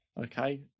Okay